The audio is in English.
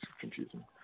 confusing